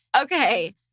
Okay